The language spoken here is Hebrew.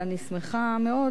ואני שמחה מאוד,